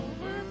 over